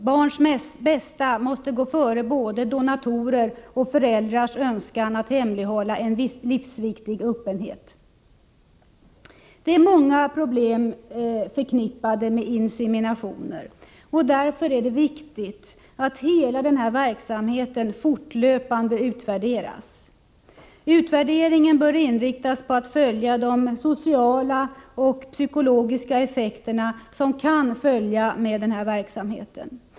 Barns bästa måste gå före både donatorers och föräldrars önskan att hemlighålla en uppgift där öppenheten är livsviktig. Det är många problem förknippade med inseminationer. Därför är det viktigt att hela denna verksamhet fortlöpande utvärderas. Utvärderingen bör inriktas på att man skall följa de sociala och psykologiska effekter som kan uppstå genom verksamheten.